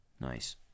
Nice